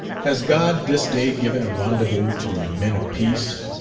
has god this day given a rendezvous to men of peace,